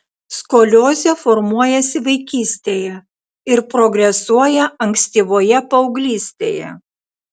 skoliozė formuojasi vaikystėje ir progresuoja ankstyvoje paauglystėje